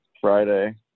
Friday